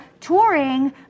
Touring